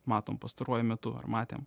matom pastaruoju metu ar matėm